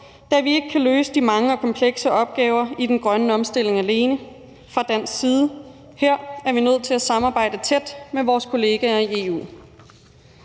da vi ikke kan løse de mange og komplekse opgaver i den grønne omstilling alene fra dansk side. Her er vi nødt til at samarbejde tæt med vores kollegaer i EU.